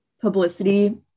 publicity